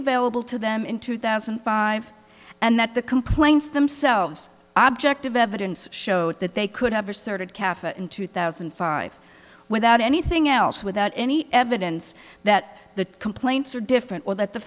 available to them in two thousand and five and that the complaints themselves object of evidence showed that they could have asserted cafe in two thousand and five without anything else without any evidence that the complaints are different or that the